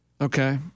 Okay